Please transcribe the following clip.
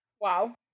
Wow